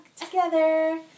together